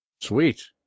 Sweet